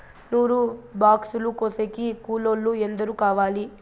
నూరు బాక్సులు కోసేకి కూలోల్లు ఎందరు కావాలి?